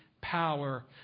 power